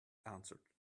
answered